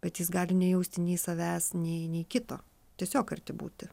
bet jis gali nejausti nei savęs nei nei kito tiesiog arti būti